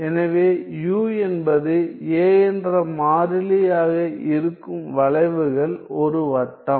எனவே u என்பது a என்ற மாறிலி ஆக இருக்கும் வளைவுகள் ஒரு வட்டம்